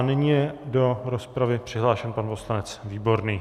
Nyní je do rozpravy přihlášen poslanec Výborný.